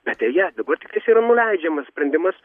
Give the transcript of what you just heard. bet deja dabar tiktais yra nuleidžiamas sprendimas